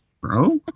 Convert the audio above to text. Bro